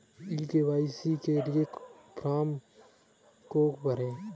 ई KYC के लिए किस फ्रॉम को भरें?